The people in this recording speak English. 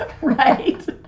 Right